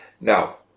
now